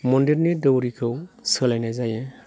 मन्दिरनि दौरिखौ सोलायनाय जायो